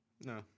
No